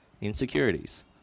insecurities